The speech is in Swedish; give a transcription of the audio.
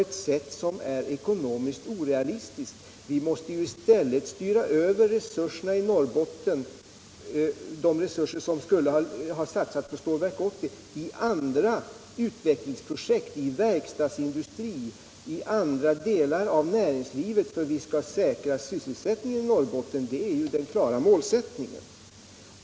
Det finns i dagens läge utrymme för och behov av utökade insatser om vi skall kunna behålla sysselsättningen i länet och även få del av de 400 000 nya jobb som centern har gått ut med. Vad vi är ängsliga och oroliga för är att de fria marknadskrafterna och det privata kapitalet får bestämma och styra utvecklingen. I dagens diskussion har herr Åsling inte på ett tillfredsställande sätt talat om vilka det är som skall ha hand om den samordning vi här diskuterat. Är det de privata kapitalintressena som skall ha hand om samordningen, då vet vi var investeringskapitalet hamnar. Det är denna oro vi känner i Norrbotten.